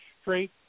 straight